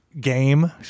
game